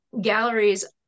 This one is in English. galleries